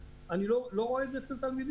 אני לא רואה את זה אצל התלמידים,